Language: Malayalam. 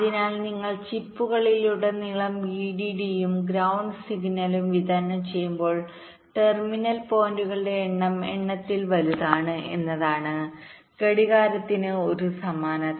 അതിനാൽ നിങ്ങൾ ചിപ്പുകളിലുടനീളം വിഡിഡിയും ഗ്രൌണ്ട് സിഗ്നലുംവിതരണം ചെയ്യുമ്പോൾ ടെർമിനൽ പോയിന്റുകളുടെ എണ്ണം എണ്ണത്തിൽ വലുതാണ് എന്നതാണ് ഘടികാരത്തിന് ഒരു സമാനത